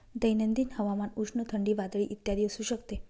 दैनंदिन हवामान उष्ण, थंडी, वादळी इत्यादी असू शकते